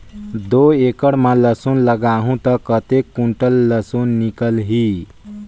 दो एकड़ मां लसुन लगाहूं ता कतेक कुंटल लसुन निकल ही?